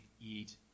eat